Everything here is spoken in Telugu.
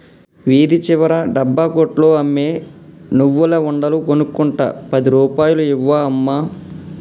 వీధి చివర డబ్బా కొట్లో అమ్మే నువ్వుల ఉండలు కొనుక్కుంట పది రూపాయలు ఇవ్వు అమ్మా